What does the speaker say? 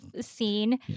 scene